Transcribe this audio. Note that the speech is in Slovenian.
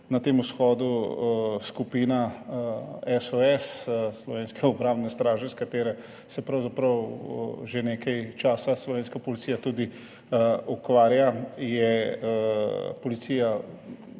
na tem shodu skupina SOS, Slovenske obrambne straže, s katero se pravzaprav že nekaj časa slovenska policija tudi ukvarja, je policija